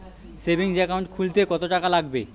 Savings account খুলতে কতটাকা লাগবে?